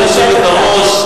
גברתי היושבת-ראש,